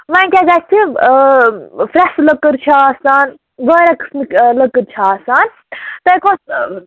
وۅنۍ کیٛاہ گژھِ فریسہٕ لٔکٕر چھِ آسان واریاہ قٔسمٕکۍ لٔکٕر چھِ آسان تۄہہِ کوٚس